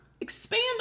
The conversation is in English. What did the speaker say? expand